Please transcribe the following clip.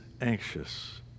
anxious